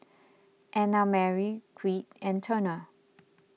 Annamarie Creed and Turner